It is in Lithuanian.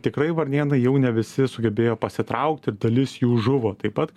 tikrai varnėnai jau ne visi sugebėjo pasitraukti dalis jų žuvo taip pat